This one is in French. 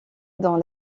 dans